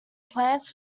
plants